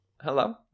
Hello